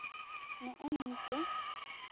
ᱱᱮᱜᱼᱮ ᱱᱤᱝᱠᱟᱹ